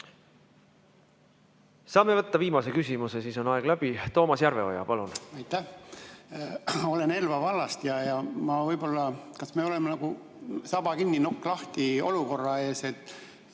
Saame võtta viimase küsimuse, siis on aeg läbi. Toomas Järveoja, palun! Aitäh! Ma olen Elva vallast. Kas me oleme nagu saba-kinni-nokk-lahti-olukorra ees?